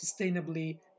sustainably